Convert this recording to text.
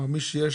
אתה אומר שיש